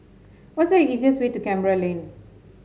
what is the easiest way to Canberra Lane